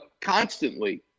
constantly